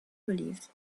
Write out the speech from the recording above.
believed